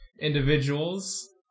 individuals